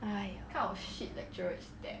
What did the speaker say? !aiyo!